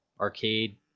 arcade